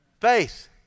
Faith